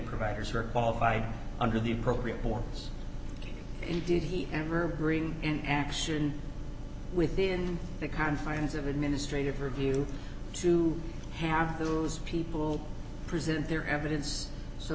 providers or qualified under the appropriate for us and did he ever bring an action within the confines of administrative review to have those people present their evidence so